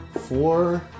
Four